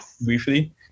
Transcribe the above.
briefly